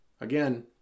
Again